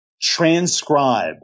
transcribe